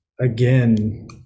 again